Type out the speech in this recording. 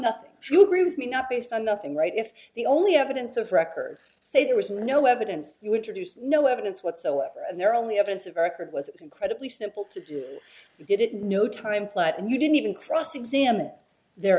nothing do you agree with me not based on nothing right if the only evidence of record say there was no evidence you introduced no evidence whatsoever and they're only evidence of record was incredibly simple to do it at no time flat and you didn't even cross examine the